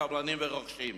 קבלנים ורוכשים".